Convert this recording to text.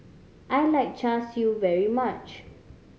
I like Char Siu very much